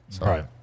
Right